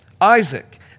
Isaac